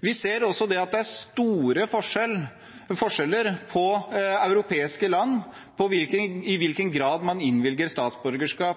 Vi ser også at det er store forskjeller på europeiske land med hensyn til i hvilken grad man innvilger statsborgerskap.